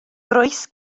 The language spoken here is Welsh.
groes